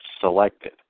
selected